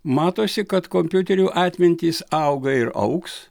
matosi kad kompiuterių atmintys auga ir augs